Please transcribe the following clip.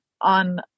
on